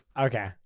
Okay